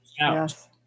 Yes